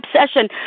obsession